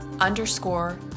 underscore